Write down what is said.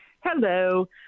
Hello